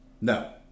No